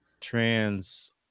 trans